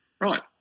Right